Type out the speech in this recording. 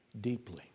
deeply